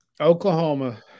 Oklahoma